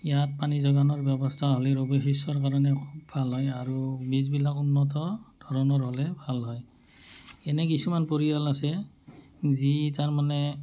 ইয়াত পানী যোগানৰ ব্যৱস্থা হ'লে ৰবিশস্যৰ কাৰণে খুব ভাল হয় আৰু বীজবিলাক উন্নত ধৰণৰ হ'লে ভাল হয় এনে কিছুমান পৰিয়াল আছে যি তাৰ মানে